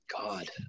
God